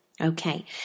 Okay